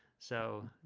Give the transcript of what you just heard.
so